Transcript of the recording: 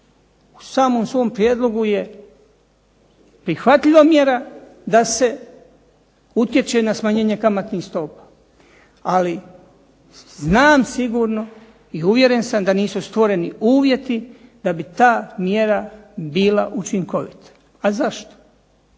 u samom svom prijedlogu je prihvatljiva mjera da se utječe na smanjenje kamatnih stopa. Ali znam sigurno i uvjeren sam da nisu stvoreni uvjeti da bi ta mjera bila učinkovita. A zašto?